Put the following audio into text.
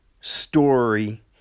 story